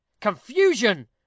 Confusion